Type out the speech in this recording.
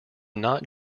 not